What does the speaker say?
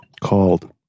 called